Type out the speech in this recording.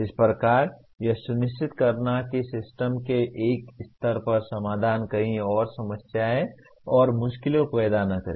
इस प्रकार यह सुनिश्चित करना कि सिस्टम के एक स्तर पर समाधान कहीं और समस्याएं और मुश्किलें पैदा न करें